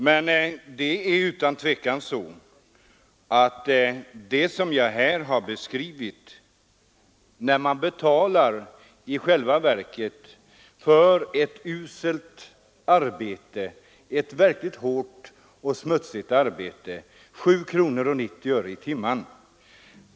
Men det är utan tvekan så som jag här beskrivit det, att man betalar 7:90 per timme för ett verkligt hårt och smutsigt arbete.